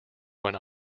when